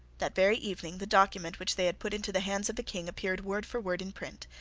that very evening the document which they had put into the hands of the king appeared word for word in print,